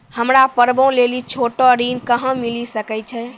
हमरा पर्वो लेली छोटो ऋण कहां मिली सकै छै?